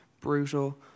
brutal